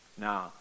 now